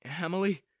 Emily